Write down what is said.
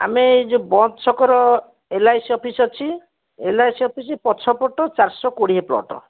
ଆମେ ଏ ଯୋଉଁ ବନ୍ଦ୍ ଛକର ଏଲ୍ ଆଇ ସି ଅଫିସ୍ ଅଛି ଏଲ୍ ଆଇ ସି ଅଫିସ୍ ପଛପଟ ଚାରିଶହ କୋଡ଼ିଏ ପ୍ଳଟ୍